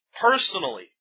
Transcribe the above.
personally